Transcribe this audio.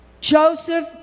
Joseph